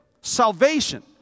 salvation